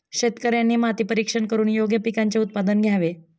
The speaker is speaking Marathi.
शेतकऱ्यांनी माती परीक्षण करून योग्य पिकांचे उत्पादन घ्यावे